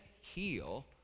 heal